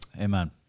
Amen